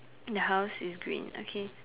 the house is green okay